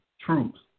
troops